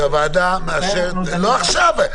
לא עכשיו.